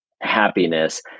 happiness